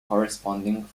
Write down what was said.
corresponding